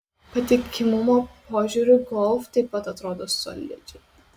patikimumo požiūriu golf taip pat atrodo solidžiai